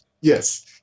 Yes